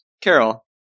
Carol